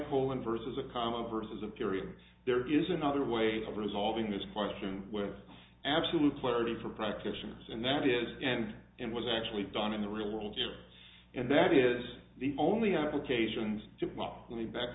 in versus a common versus a period there is another way of resolving this question with absolute clarity for practitioners and that is and it was actually done in the real world and that is the only applications